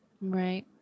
Right